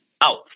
out